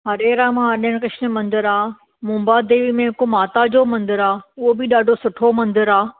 हरे रामा हरे कृष्णा मंदरु आहे मुंबा देवी में हिक माता जो मंदरु आहे उहो बि ॾाढो सुठो मंदरु आहे